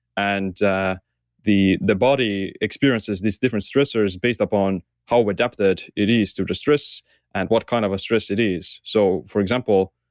and the the body experiences these different stressors based upon how adapted it is to the stress and what kind of a stress it is so for example,